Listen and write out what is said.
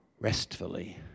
restfully